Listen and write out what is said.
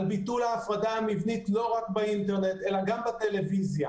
על ביטול ההפרדה המבנית ולא רק באינטרנט אלא גם בטלוויזיה.